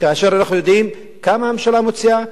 כאשר אנחנו יודעים כמה הממשלה מוציאה,